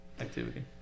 activity